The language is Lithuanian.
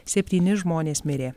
septyni žmonės mirė